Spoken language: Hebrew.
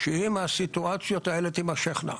שאם הסיטואציות האלה תימשכנה,